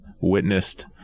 witnessed